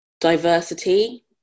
diversity